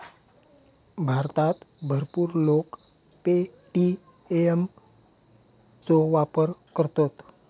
भारतात भरपूर लोक पे.टी.एम चो वापर करतत